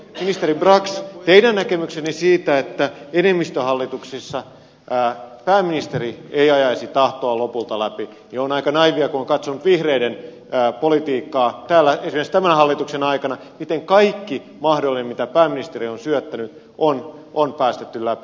ministeri brax teidän näkemyksenne siitä että enemmistöhallituksissa pääministeri ei ajaisi tahtoaan lopulta läpi on aika naiivi kun on katsonut vihreiden politiikkaa täällä esimerkiksi tämän hallituksen aikana miten kaikki mahdollinen mitä pääministeri on syöttänyt on päästetty läpi